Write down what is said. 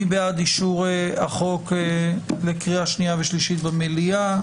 מי בעד אישור החוק לקריאה שנייה ושלישית במליאה?